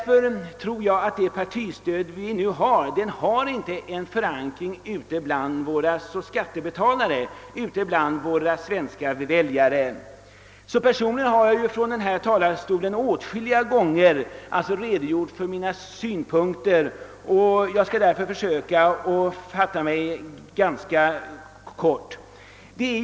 Jag tror att det partistöd vi nu har inte har någon förankring ute bland våra skattebetalare, våra väljare. Personligen har jag från denna talarstol åtskilliga gånger redogjort för mina synpunkter i frågan, och jag skall därför försöka fatta mig ganska kort.